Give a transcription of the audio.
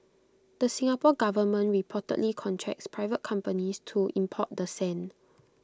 the Singapore Government reportedly contracts private companies to import the sand